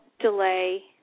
delay